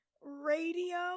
Radium